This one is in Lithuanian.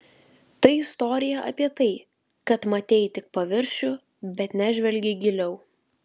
tai istorija apie tai kad matei tik paviršių bet nežvelgei giliau